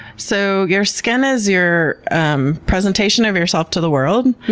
so, your skin is your um presentation of yourself to the world,